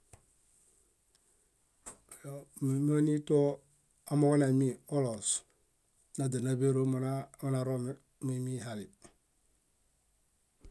Numuinitoo amooġo naimi oloos, náźanaḃero monaromi miimihali.